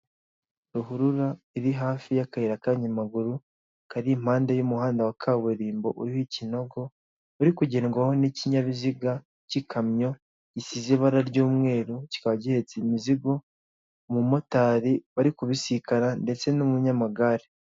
Ruhurura iri hafi yakayira kabanyamaguru kari impande y'umuhanda wa kaburimbo uriho ikinogo uri kugendwaho nikinyabiziga cyikamyo gisize ibara ryumweru kikaba gihetse imizigo umumotari bari kubisikana ndetse numunyamagare.